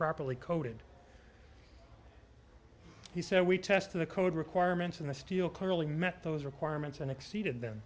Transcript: properly coded he said we test the code requirements in the steel clearly met those requirements and exceeded the